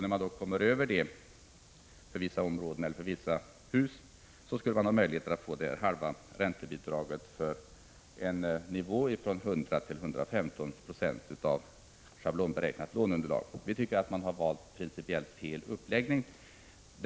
När man kommer över detta för vissa områden och vissa hus skall man ha möjlighet att få halva räntebidraget för en nivå från 100 till 115 96 av det schablonberäknade låneunderlaget. Vi tycker att det är principiellt fel uppläggning som valts.